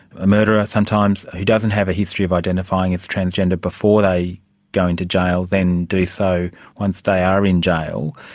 a murderer sometimes, who doesn't have a history of identifying as transgender before they go into jail then do so once they are in jail.